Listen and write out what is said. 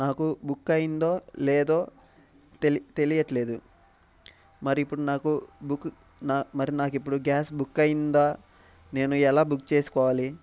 నాకు బుక్ అయ్యిందో లేదో తెలి తెలియడంలేదు మరి ఇప్పుడు నాకు బుక్ నా మరి నాకిప్పుడు గ్యాస్ బుక్ అయ్యిందా నేను ఎలా బుక్ చేసుకోవాలి